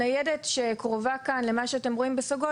הניידת שקרובה כאן למה שאתם רואים בסגול